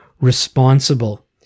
responsible